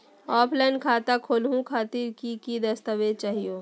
Offline खाता खोलहु खातिर की की दस्तावेज चाहीयो हो?